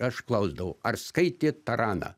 aš klausdavau ar skaitėt taraną